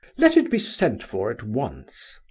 let it be sent for at once!